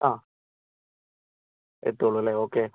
ആ എത്തുവൊള്ളല്ലേ ഓക്കെ